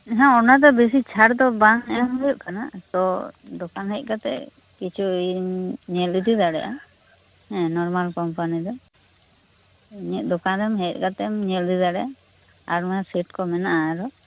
ᱚᱱᱟᱫᱚ ᱵᱮᱥᱤ ᱪᱷᱟᱲ ᱫᱚ ᱵᱟᱝ ᱮᱢ ᱦᱩᱭᱩᱜ ᱠᱟᱱᱟ ᱛᱚ ᱫᱚᱠᱟᱱ ᱦᱮᱡ ᱠᱟᱛᱮ ᱠᱤᱪᱷᱩ ᱤᱧ ᱧᱮᱞ ᱤᱫᱤ ᱫᱟᱲᱮᱭᱟᱜᱼᱟ ᱦᱮᱸ ᱱᱚᱨᱢᱟᱞ ᱠᱚᱢᱯᱟᱱᱤ ᱫᱚ ᱤᱧᱟ ᱜ ᱫᱚᱠᱟᱱᱨᱮᱢ ᱦᱮᱡ ᱠᱟᱛᱮᱢ ᱧᱮᱞ ᱤᱫᱤ ᱫᱟᱲᱮᱭᱟᱜᱼᱟ ᱟᱭᱢᱟ ᱥᱮᱴ ᱠᱚ ᱢᱮᱱᱟᱜᱼᱟ ᱟᱨᱦᱚᱸ